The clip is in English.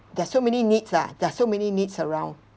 there's so many needs lah there are so many needs around